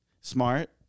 smart